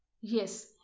Yes